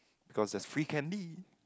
because there's free candy